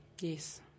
Yes